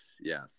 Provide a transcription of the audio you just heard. yes